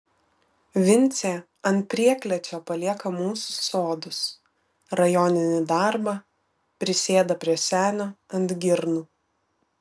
vincė ant prieklėčio palieka mūsų sodus rajoninį darbą prisėda prie senio ant girnų